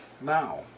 now